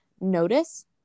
notice